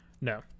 No